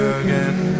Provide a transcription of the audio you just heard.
again